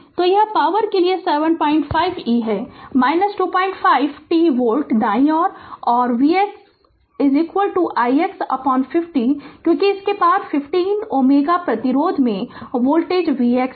तो यह पॉवर के लिए 75 e है 25 t वोल्ट दाएं और ix vx15 क्योंकि इसके पार 15 Ω प्रतिरोध में वोल्टेज vx है